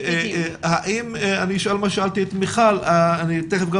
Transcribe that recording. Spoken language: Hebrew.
אני אשאל מה ששאלתי את מיכל ותיכף גם